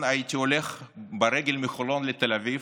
הייתי הולך ברגל מחולון לתל אביב,